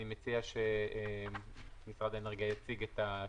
אני מציע שמשרד האנרגיה יציג את השינוי.